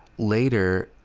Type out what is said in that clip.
later,